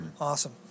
Awesome